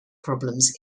problems